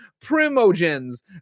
Primogens